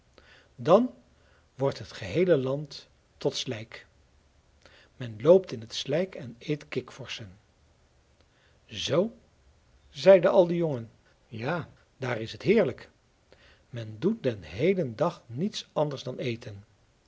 dan wordt het geheele land tot slijk men loopt in het slijk en eet kikvorschen zoo zeiden al de jongen ja daar is het heerlijk men doet den heelen dag niets anders dan eten